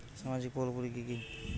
সামাজিক প্রকল্প গুলি কি কি?